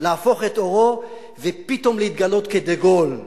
להפוך את עורו ופתאום להתגלות כדה-גול,